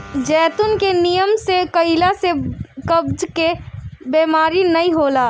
जैतून के नियम से खइला से कब्ज के बेमारी नाइ होला